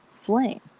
flame